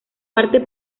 parte